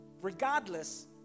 regardless